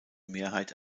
mehrheit